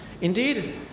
Indeed